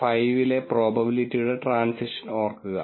5 ലെ പ്രോബബിലിറ്റിയുടെ ട്രാന്സിഷൻ ഓർക്കുക